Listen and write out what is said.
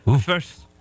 First